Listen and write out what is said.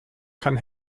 kann